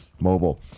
mobile